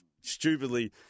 stupidly